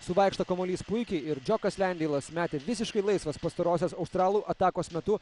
suvaikšto kamuolys puikiai ir džiokas lendeilas metė visiškai laisvas pastarosios australų atakos metu